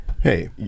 Hey